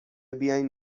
بیاین